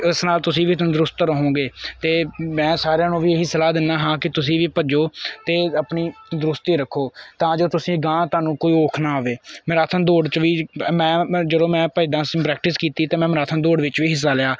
ਇਸ ਨਾਲ ਤੁਸੀਂ ਵੀ ਤੰਦਰੁਸਤ ਰਹੋਂਗੇ ਅਤੇ ਮੈਂ ਸਾਰਿਆਂ ਨੂੰ ਵੀ ਇਹ ਹੀ ਸਲਾਹ ਦਿੰਦਾ ਹਾਂ ਕਿ ਤੁਸੀਂ ਵੀ ਭੱਜੋ ਅਤੇ ਆਪਣੀ ਤੰਦਰੁਸਤੀ ਰੱਖੋ ਤਾਂ ਜੋ ਤੁਸੀਂ ਅਗਾਂਹ ਤੁਹਾਨੂੰ ਕੋਈ ਔਖ ਨਾ ਆਵੇ ਮੈਰਾਥਨ ਦੋੜ 'ਚ ਵੀ ਮੈਂ ਮੈਂ ਜਦੋਂ ਮੈਂ ਭੱਜਦਾ ਪ੍ਰੈਕਟਿਸ ਕੀਤੀ ਤਾਂ ਮੈਂ ਮੈਰਾਥਨ ਦੌੜ ਵਿੱਚ ਵੀ ਹਿੱਸਾ ਲਿਆ